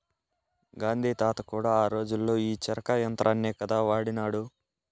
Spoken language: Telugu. గాంధీ తాత కూడా ఆ రోజుల్లో ఈ చరకా యంత్రాన్నే కదా వాడినాడు